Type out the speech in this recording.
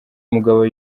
umugabo